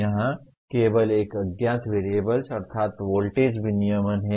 यहाँ केवल एक अज्ञात वेरिएबल्स अर्थात् वोल्टेज विनियमन है